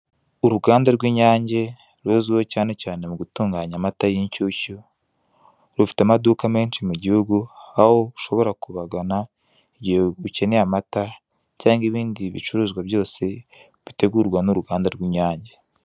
Uruganda rw'Inyange, rizwiho cyane cyane mu gutunganya amata y'inshyushyu, rufite amaduka menshi mu gihugu, aho ushobora kubagana igihe ukeneye amata, cyangwa ibindi bicuruzwa byose bitegurwa n'uruganda rw'Inyange.